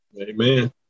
Amen